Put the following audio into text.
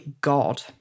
god